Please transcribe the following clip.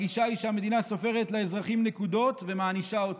הגישה היא שהמדינה סופרת לאזרחים נקודות ומענישה אותם.